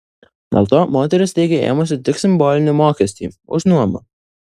dėl to moteris teigia ėmusi tik simbolinį mokestį už nuomą